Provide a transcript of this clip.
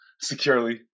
securely